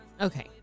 okay